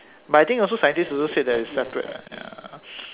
but I think also scientists also said that it's separate ya